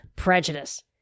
Prejudice